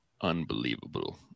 unbelievable